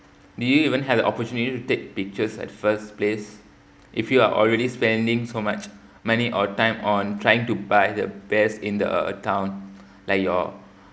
did you even have the opportunity to take pictures at first place if you are already spending so much money or time on trying to buy the best in the town like your